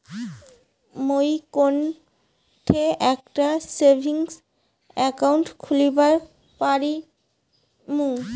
মুই কোনঠে একটা সেভিংস অ্যাকাউন্ট খুলিবার পারিম?